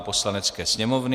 Poslanecké sněmovny